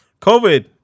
COVID